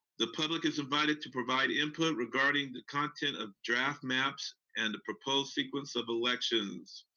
the public is invited to provide input regarding the content of draft maps and the proposed sequence of elections